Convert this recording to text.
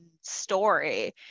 story